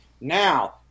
Now